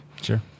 Sure